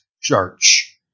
church